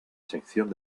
sección